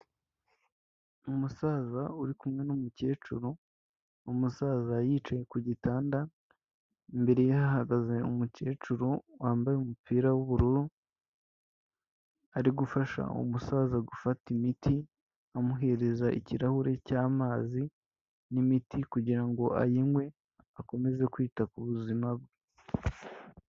Umusaza uri kumwe n'umukecuru, umusaza yicaye ku gitanda, imbere ye hahagaze umukecuru wambaye umupira w'ubururu, ari gufasha umusaza gufata imiti, amuhereza ikirahure cy'amazi n'imiti kugira ngo ayinywe akomeze kwita ku buzima bwe.